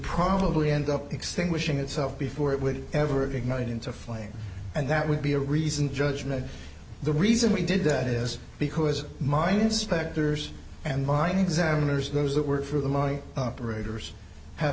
probably end up extinguishing itself before it would ever ignite into flames and that would be a reasoned judgment the reason we did that is because mine inspectors and mine examiners those that work for the money operators have